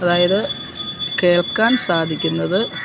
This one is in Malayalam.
അതായത് കേൾക്കാൻ സാധിക്കുന്നത്